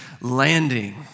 landing